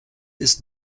ist